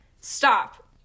Stop